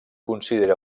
considera